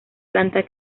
planta